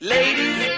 Ladies